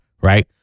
right